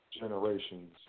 generations